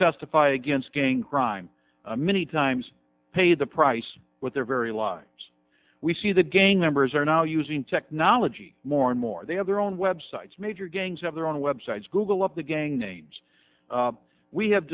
testify against gang crime many times pay the price with their very lives we see the gang members are now using technology more and more they have their own websites major gangs have their own websites google up the gang names we have